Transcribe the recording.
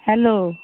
hello